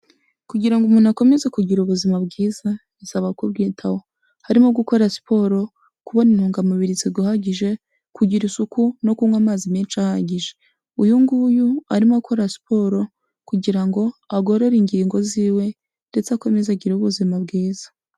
Kugira ngo umuntu akomeze kugira ubuzima bwiza bisaba ku bwitaho, harimo gukora siporo, kubona intungamubiri ziguhagije, kugira isuku no kunywa amazi menshi ahagije, uyu nguyu arimo akora siporo kugira ngo agorore ingingo ziwe ndetse akomeze agire ubuzima bwiza.